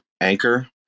Anchor